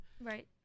Right